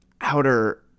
outer